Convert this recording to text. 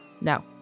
No